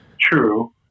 True